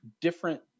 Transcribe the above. different